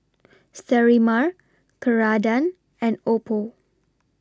Sterimar Ceradan and Oppo